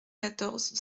quatorze